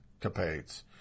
capades